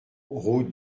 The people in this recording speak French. route